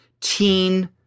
teen